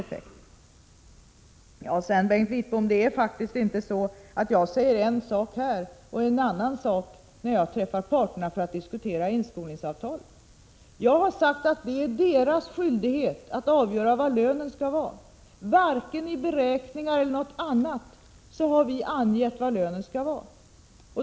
Sedan är det faktiskt inte så, Bengt Wittbom, att jag säger en sak här och en annan när jag träffar parterna för att diskutera inskolningsavtalen. Jag har sagt att det är deras skyldighet att avgöra hur hög lönen skall vara. Varken genom beräkningar eller på annat sätt har vi angett vilken lönen skall vara.